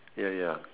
ya ya